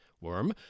worm